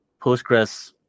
Postgres